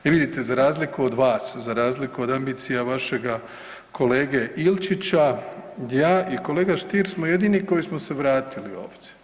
I vidite za razliku od vas, za razliku od ambicija vašeg kolege Ilčića ja i kolega Stier smo jedini koji smo se vratili ovdje.